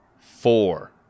Four